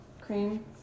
cream